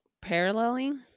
paralleling